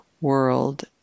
world